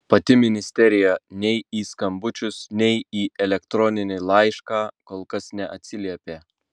pati ministerija nei į skambučius nei į elektroninį laišką kol kas neatsiliepė